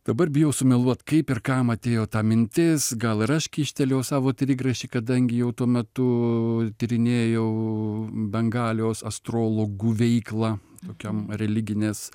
dabar bijau sumeluot kaip ir kam atėjo ta mintis gal ir aš kyštelėjau savo trigrašį kadangi jau tuo metu tyrinėjau bengalijos astrologų veiklą tokiam religinės